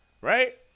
right